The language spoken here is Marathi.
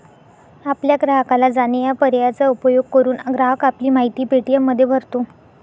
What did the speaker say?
आपल्या ग्राहकाला जाणे या पर्यायाचा उपयोग करून, ग्राहक आपली माहिती पे.टी.एममध्ये भरतो